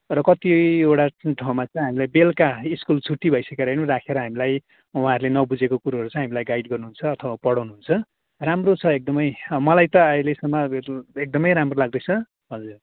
र कतिवटा कुन ठाउँमा चाहिँ हामीलाई बेलुका स्कुल छुट्टी भइसकेर पनि राखेर हामीलाई उहाँहरूले नबुझेको कुराहरू चाहिँ हामीलाई गाइड गर्नुहुन्छ अथवा पढाउनु हुन्छ राम्रो छ एकदमै मलाई त अहिलेसम्म अब यत्रो एकदमै राम्रो लाग्दैछ हजुर